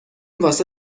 واسه